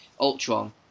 Ultron